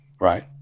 right